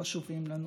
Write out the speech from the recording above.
החשובים לנו.